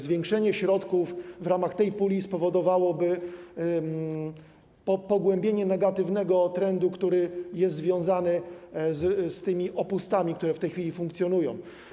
Zwiększenie środków w ramach tej puli spowodowałoby pogłębienie negatywnego trendu, który jest związany z tymi opustami, które w tej chwili funkcjonują.